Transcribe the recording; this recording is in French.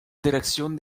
direction